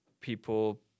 people